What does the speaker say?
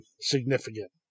significant